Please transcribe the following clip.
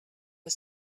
was